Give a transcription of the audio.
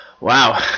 Wow